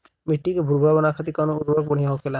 मिट्टी के भूरभूरा बनावे खातिर कवन उर्वरक भड़िया होखेला?